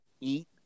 eat